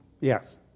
Yes